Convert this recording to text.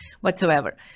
whatsoever